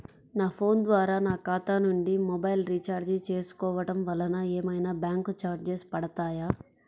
నా ఫోన్ ద్వారా నా ఖాతా నుండి మొబైల్ రీఛార్జ్ చేసుకోవటం వలన ఏమైనా బ్యాంకు చార్జెస్ పడతాయా?